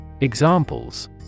Examples